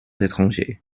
étrangers